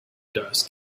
dust